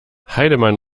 heidemann